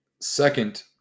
second